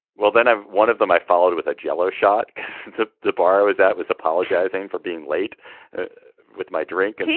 well then ah one of them i followed with a jello shot at the bar was that was apologizing for being late with my drink